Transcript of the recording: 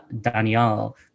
Daniel